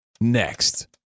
next